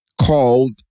called